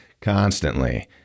Constantly